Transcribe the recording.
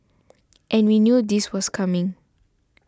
and we knew this was coming